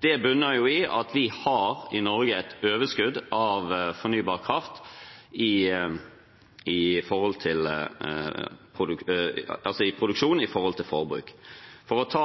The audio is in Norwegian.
Det bunner i at vi i Norge har et overskudd av fornybar kraft i produksjon i forhold til forbruk. For å ta